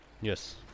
Yes